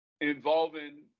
involving